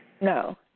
No